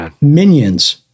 minions